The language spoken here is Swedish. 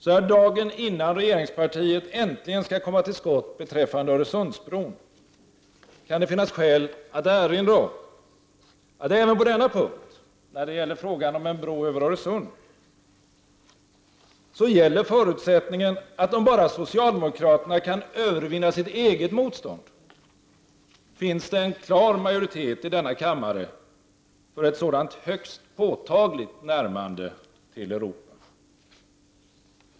Så här dagen innan regeringspartiet äntligen skall komma till skott beträffande Öresundsbron, kan det finnas skäl att erinra om att även på denna punkt, alltså när det gäller frågan om en bro över Öresund, gäller förutsättningen att om bara socialdemokraterna kan övervinna sitt eget motstånd, finns det en klar majoritet i denna kammare för ett sådant högst påtagligt närmande till Europa.